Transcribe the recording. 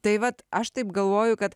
tai vat aš taip galvoju kad